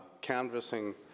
canvassing